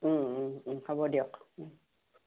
হ'ব দিয়ক